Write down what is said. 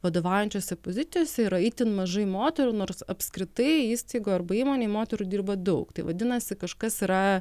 vadovaujančiose pozicijose yra itin mažai moterų nors apskritai įstaigoj arba įmonėj moterų dirba daug tai vadinasi kažkas yra